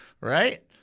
right